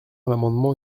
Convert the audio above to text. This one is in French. l’amendement